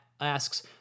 asks